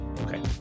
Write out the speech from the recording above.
Okay